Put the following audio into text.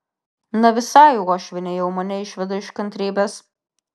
na visai uošvienė jau mane išveda iš kantrybės